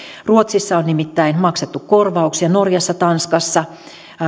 ruotsissa on nimittäin maksettu korvauksia norjassa tanskassa